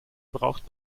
braucht